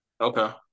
Okay